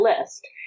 list